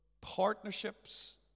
partnerships